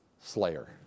slayer